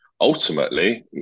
ultimately